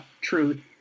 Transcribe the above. truth